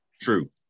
true